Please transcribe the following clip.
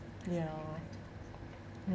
ya ya